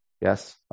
Yes